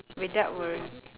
without worr~